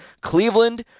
Cleveland